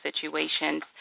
situations